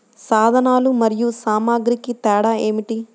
సాధనాలు మరియు సామాగ్రికి తేడా ఏమిటి?